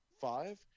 five